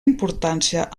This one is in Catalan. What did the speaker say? importància